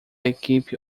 equipe